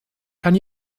can